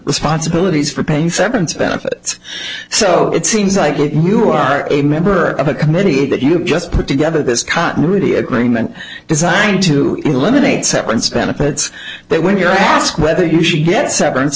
responsibilities for paying seventy benefits so it seems like you are a member of a committee that you've just put together this continuity agreement designed to eliminate severance benefits but when you're asked whether you should get severance